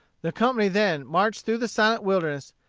the company then marched through the silent wilderness,